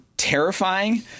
Terrifying